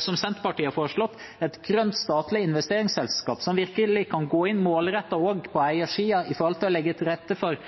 – som Senterpartiet har foreslått – ha et grønt, statlig investeringsselskap som virkelig kan gå inn målrettet også på eiersiden når det gjelder å legge til rette for